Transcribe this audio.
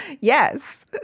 Yes. (